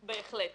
בהחלט.